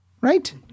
right